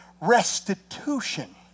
restitution